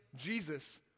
Jesus